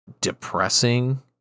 depressing